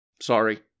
Sorry